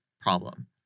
problem